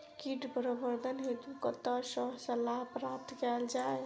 कीट प्रबंधन हेतु कतह सऽ सलाह प्राप्त कैल जाय?